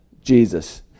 Jesus